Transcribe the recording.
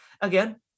again